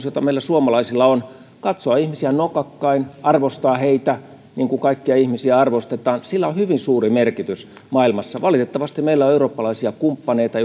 jota meillä suomalaisilla on katsoa ihmisiä nokakkain arvostaa heitä niin kuin kaikkia ihmisiä arvostetaan on hyvin suuri merkitys maailmassa valitettavasti meillä on eurooppalaisia kumppaneita